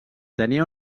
tenia